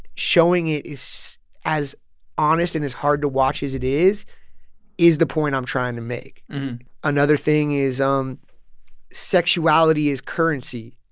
showing it is as honest and as hard to watch as it is is the point i'm trying to make another thing is um sexuality as currency,